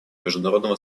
международного